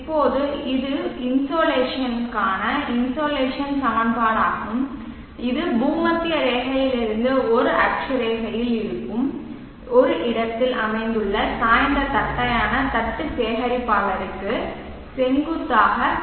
இப்போது இது இன்சோலேஷனுக்கான இன்சோலேஷன் சமன்பாடு ஆகும் இது பூமத்திய ரேகையிலிருந்து ஒரு அட்சரேகையில் இருக்கும் ஒரு இடத்தில் அமைந்துள்ள சாய்ந்த தட்டையான தட்டு சேகரிப்பாளருக்கு செங்குத்தாக உள்ளது